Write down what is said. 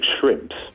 shrimps